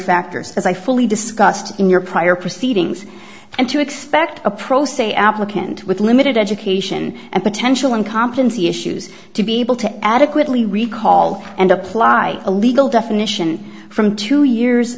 factors as i fully discussed in your prior proceedings and to expect a pro se applicant with limited education and potential and competency issues to be able to adequately recall and apply a legal definition from two years